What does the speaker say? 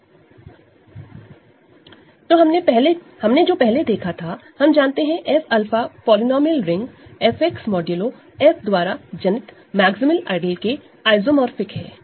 Refer Slide Time 2336 तो हमने जो पहले देखा था हम जानते हैं F alpha polynomial ring FX modulo f द्वारा जनरेटेड मैक्सीमल आइडल के आइसोमोरफिक है